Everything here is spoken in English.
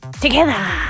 Together